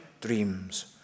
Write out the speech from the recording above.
dreams